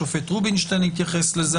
השופט רובינשטיין התייחס לזה,